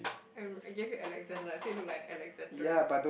I I give you Alexandra I said look like Alexandra